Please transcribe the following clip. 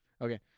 Okay